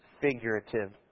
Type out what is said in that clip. figurative